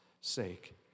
sake